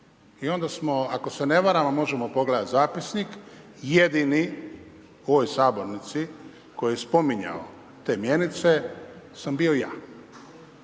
I onda smo ako se ne varam a možemo pogledati zapisnik jedini u ovoj sabornici koji je spominjao te mjenice sam bio ja.